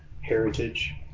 heritage